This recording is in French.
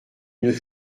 une